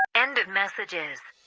end of messages